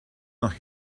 nach